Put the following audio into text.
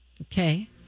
Okay